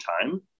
time